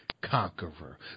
conqueror